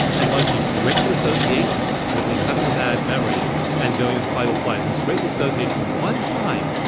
and once you break that association between having the bad memory and going into fight-or-flight, once you break the association one time,